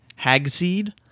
Hagseed